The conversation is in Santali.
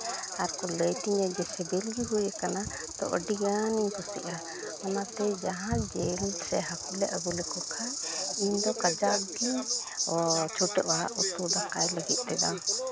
ᱟᱨᱠᱚ ᱞᱟᱹᱭ ᱠᱛᱤᱧᱟᱹ ᱡᱮ ᱥᱤᱵᱤᱞ ᱜᱮ ᱦᱩᱭ ᱠᱟᱱᱟ ᱛᱚ ᱟᱹᱰᱤᱜᱟᱱᱤᱧ ᱠᱩᱥᱤᱜᱼᱟ ᱚᱱᱟ ᱛᱮ ᱡᱟᱦᱟᱸ ᱡᱤᱞ ᱥᱮ ᱦᱟᱹᱠᱩ ᱞᱮ ᱟᱹᱜᱩ ᱞᱮᱠᱚ ᱠᱷᱟᱱ ᱤᱧ ᱫᱚ ᱠᱟᱡᱟᱠ ᱜᱤᱧ ᱪᱷᱩᱴᱟᱹᱣᱟ ᱩᱛᱩ ᱫᱟᱠᱟᱭ ᱞᱟᱹᱜᱤᱫ ᱛᱮᱫᱚ